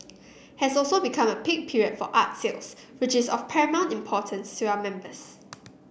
has also become a peak period for art sales which is of paramount importance to our members